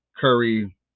Curry